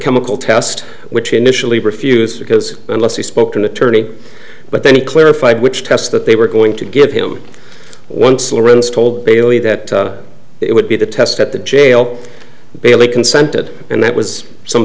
chemical test which initially refused because unless he spoke to an attorney but then he clarified which tests that they were going to give him once lawrence told bailey that it would be the test at the jail bailey consented and that was some